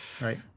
Right